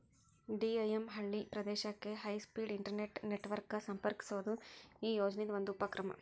DIM ಹಳ್ಳಿ ಪ್ರದೇಶಕ್ಕೆ high speed internet network ಗ ಸಂಪರ್ಕಿಸೋದು ಈ ಯೋಜನಿದ್ ಒಂದು ಉಪಕ್ರಮ